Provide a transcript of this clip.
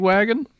Wagon